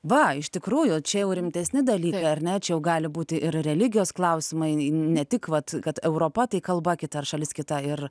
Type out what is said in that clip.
va iš tikrųjų čia jau rimtesni dalykai ar ne čia jau gali būti ir religijos klausimai ne tik vat kad europa tai kalba kita ar šalis kita ir